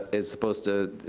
ah is supposed to,